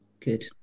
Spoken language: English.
Good